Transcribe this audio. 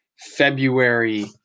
February